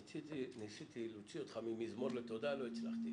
ניסיתי להוציא אותך ממזמור לתודה, לא הצלחתי.